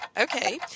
okay